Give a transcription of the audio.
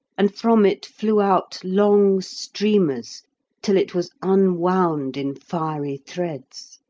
and from it flew out long streamers till it was unwound in fiery threads.